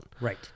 Right